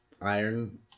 iron